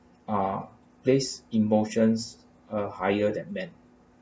are place emotions uh higher than men